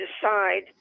decide